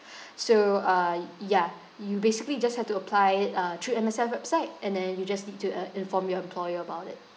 so uh y~ yeah you basically just have to apply it uh through M_S_F website and then you just need to uh inform your employer about it